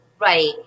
Right